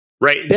Right